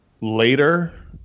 later